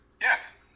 Yes